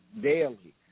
daily